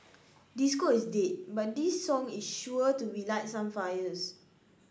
disco is dead but this song is sure to relight some fires